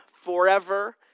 forever